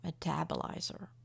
metabolizer